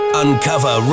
uncover